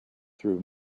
through